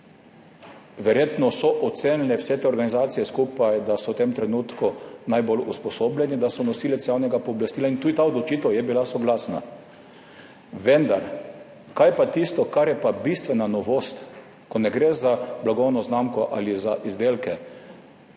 verjetno so vse te organizacije skupaj ocenile, da so v tem trenutku najbolj usposobljeni, da so nosilec javnega pooblastila, in tudi ta odločitev je bila soglasna. Kaj pa je vendar tisto, kar je bistvena novost, ko ne gre za blagovno znamko ali za izdelke?